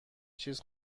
چیز